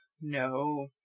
No